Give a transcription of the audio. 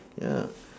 ya